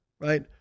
right